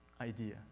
idea